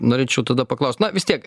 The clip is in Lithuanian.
norėčiau tada paklaust na vis tiek